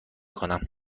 کنم